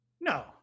no